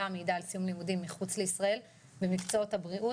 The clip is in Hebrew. המעידה על סיום לימודים מחוץ לישראל במקצועות הבריאות,